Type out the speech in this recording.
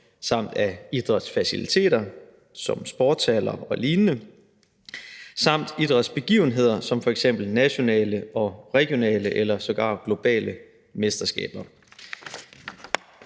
samt af idrætsfaciliteter som sportshaller og lignende samt idrætsbegivenheder som f.eks. nationale og regionale eller sågar globale mesterskaber